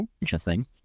Interesting